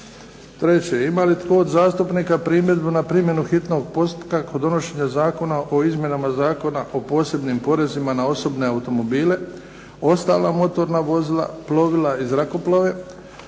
Treće, ima li tko od zastupnika primjedbu na primjenu hitnog postupka kod donošenja Zakona o izmjenama Zakona o posebnim porezima na osobne automobile, ostala motorna vozila, plovila i zrakoplove,